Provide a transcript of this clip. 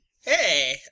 Hey